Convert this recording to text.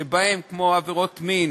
כמו עבירות מין